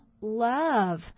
love